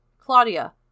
Claudia